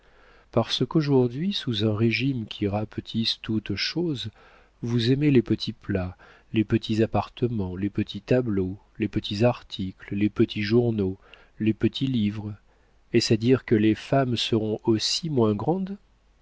parce qu'aujourd'hui sous un régime qui rapetisse toutes choses vous aimez les petits plats les petits appartements les petits tableaux les petits articles les petits journaux les petits livres est-ce à dire que les femmes seront aussi moins grandes